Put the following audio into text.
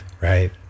right